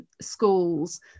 schools